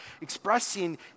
expressing